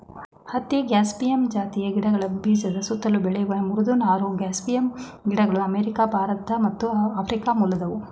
ಹತ್ತಿ ಗಾಸಿಪಿಯಮ್ ಜಾತಿಯ ಗಿಡಗಳ ಬೀಜದ ಸುತ್ತಲು ಬೆಳೆಯುವ ಮೃದು ನಾರು ಗಾಸಿಪಿಯಮ್ ಗಿಡಗಳು ಅಮೇರಿಕ ಭಾರತ ಮತ್ತು ಆಫ್ರಿಕ ಮೂಲದವು